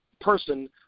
person